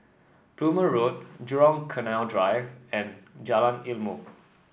Plumer Road Jurong Canal Drive and Jalan Ilmu